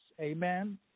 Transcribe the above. Amen